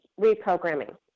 reprogramming